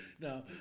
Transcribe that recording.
no